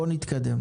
בואו נתקדם.